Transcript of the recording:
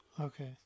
okay